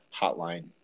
hotline